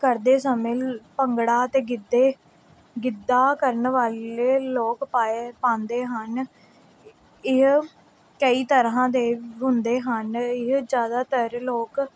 ਕਰਦੇ ਸਮੇਂ ਭੰਗੜਾ ਅਤੇ ਗਿੱਧੇ ਗਿੱਧਾ ਕਰਨ ਵਾਲੇ ਲੋਕ ਪਾਏ ਪਾਉਂਦੇ ਹਨ ਇਹ ਕਈ ਤਰ੍ਹਾਂ ਦੇ ਹੁੰਦੇ ਹਨ ਇਹ ਜ਼ਿਆਦਾਤਰ ਲੋਕ